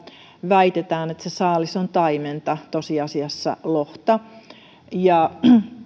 väitetään että saalis on taimenta vaikka se on tosiasiassa lohta